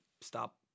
stop